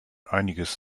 einiges